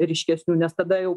ryškesnių nes tada jau